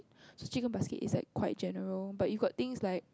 this chicken basket is like quite general but you got things like